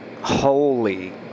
Holy